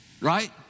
right